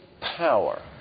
power